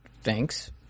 Thanks